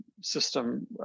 system